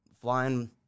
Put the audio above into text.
flying